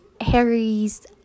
Harry's